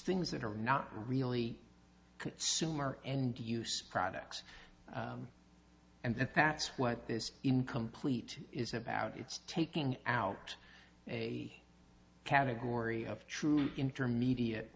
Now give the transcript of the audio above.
things that are not really consumer and use products and the pats what this incomplete is about it's taking out a category of truly intermediate